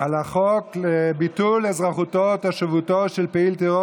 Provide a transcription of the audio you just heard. חוק לביטול אזרחותו או תושבותו של פעיל טרור